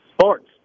Sports